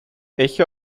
echo